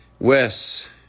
Wes